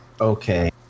Okay